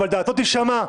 אבל דעתו תישמע,